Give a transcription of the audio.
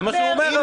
זה מה שהוא אומר לך.